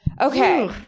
Okay